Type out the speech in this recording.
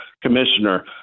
commissioner